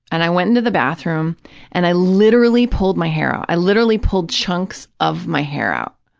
and i went into the bathroom and i literally pulled my hair out. i literally pulled chunks of my hair out.